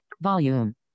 volume